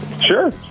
Sure